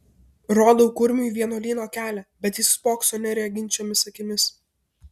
rodau kurmiui vienuolyno kelią bet jis spokso nereginčiomis akimis